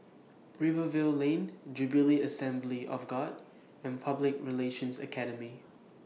Rivervale Lane Jubilee Assembly of God and Public Relations Academy